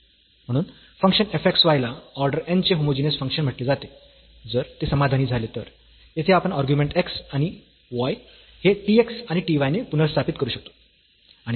म्हणून function f x y ला order n चे होमोजीनियस फंक्शन म्हटले जाते जर ते समाधानी झाले तर येथे आपण अर्ग्युमेंट x आणि y हे t x आणि t y ने पुनर्स्थापित करू शकतो